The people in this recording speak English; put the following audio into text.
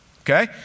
okay